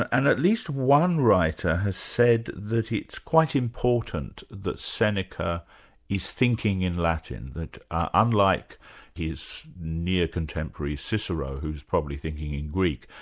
and at least one writer has said that it's quite important that seneca is thinking in latin, that unlike his near contemporary, cicero, who's probably thinking in greek,